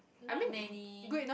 not many